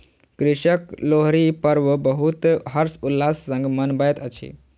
कृषक लोहरी पर्व बहुत हर्ष उल्लास संग मनबैत अछि